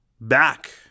back